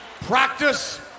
practice